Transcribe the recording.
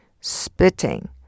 spitting